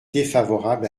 défavorable